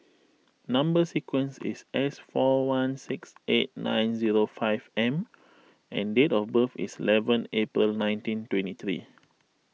Number Sequence is S four one six eight nine zero five M and date of birth is eleven April nineteen twenty three